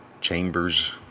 chambers